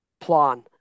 plan